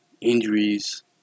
injuries